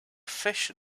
fish